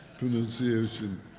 pronunciation